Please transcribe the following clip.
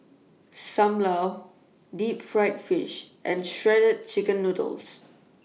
SAM Lau Deep Fried Fish and Shredded Chicken Noodles